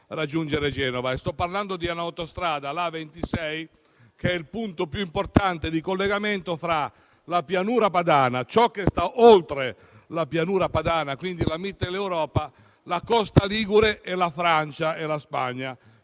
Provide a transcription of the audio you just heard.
raggiungere Genova. Sto parlando di un'autostrada, la A26, che è il più importante collegamento fra la pianura Padana e ciò che sta oltre la pianura Padana, quindi la Mitteleuropa, la costa ligure, la Francia e la Spagna,